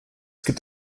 gibt